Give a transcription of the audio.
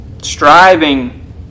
Striving